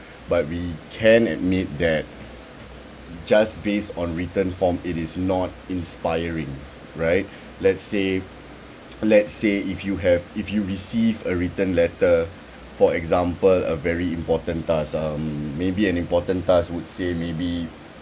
but we can admit that just based on written form it is not inspiring right let's say let's say if you have if you receive a written letter for example a very important task um maybe an important task would say maybe